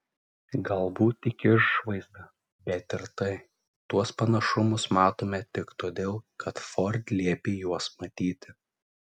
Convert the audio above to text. galbūt tik išvaizdą bet ir tai tuos panašumus matome tik todėl kad ford liepė juos matyti